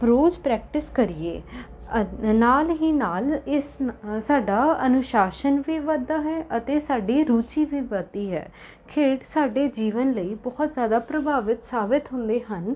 ਰੋਜ਼ practice ਕਰੀਏ ਅ ਨਾਲ਼ ਹੀ ਨਾਲ਼ ਇਸ ਸਾਡਾ ਅਨੁਸ਼ਾਸਨ ਵੀ ਵੱਧਦਾ ਹੈ ਅਤੇ ਸਾਡੀ ਰੁਚੀ ਵੀ ਵੱਧਦੀ ਹੈ ਖੇਡ ਸਾਡੇ ਜੀਵਨ ਲਈ ਬਹੁਤ ਜ਼ਿਆਦਾ ਪ੍ਰਭਾਵਿਤ ਸਾਬਿਤ ਹੁੰਦੇ ਹਨ